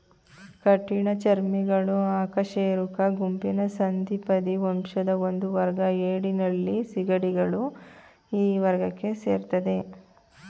ಕಠಿಣಚರ್ಮಿಗಳು ಅಕಶೇರುಕ ಗುಂಪಿನ ಸಂಧಿಪದಿ ವಂಶದ ಒಂದುವರ್ಗ ಏಡಿ ನಳ್ಳಿ ಸೀಗಡಿಗಳು ಈ ವರ್ಗಕ್ಕೆ ಸೇರ್ತದೆ